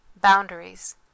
Boundaries